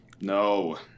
No